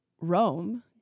Rome